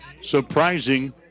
surprising